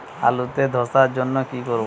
আলুতে ধসার জন্য কি করব?